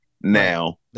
now